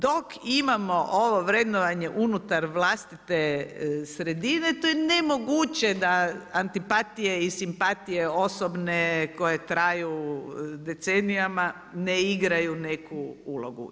Dok imamo ovo vrednovanje unutar vlastite sredine to je nemoguće da antipatije i simpatije osobne koje traju decenijama ne igraju neku ulogu.